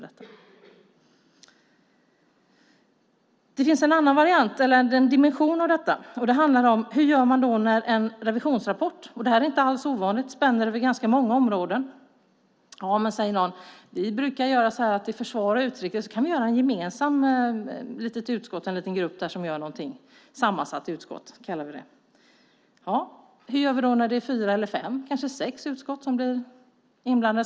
Det finns en annan dimension av detta. Hur gör man när en revisionsrapport spänner över många områden? Någon säger att vi kan ha ett sammansatt utskott. Hur gör vi då när det är fyra, fem eller sex utskott som är inblandade?